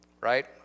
right